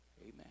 Amen